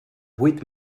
vuit